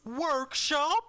Workshop